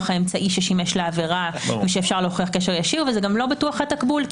האמצעי ששימש לעבירה ושאפשר להוכיח קשר ישיר וזה גם לא בטוח התקבול,